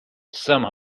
some